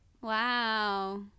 wow